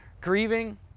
grieving